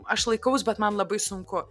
aš laikaus bet man labai sunku